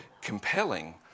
compelling